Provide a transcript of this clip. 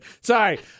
Sorry